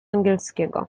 angielskiego